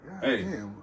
Hey